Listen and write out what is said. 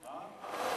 להגיד לכם תודה.